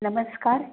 नमस्कार